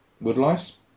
Woodlice